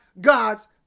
God's